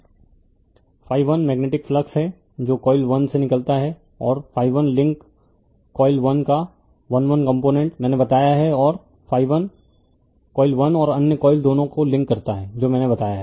refer slide time 0056 magnetic flux है जो coil 1 से निकलता है और लिंक कॉइल 1 का 11 कम्पोनेंट मैंने बताया है और कॉइल 1 और अन्य कॉइल दोनों को लिंक करता है जो मैंने बताया है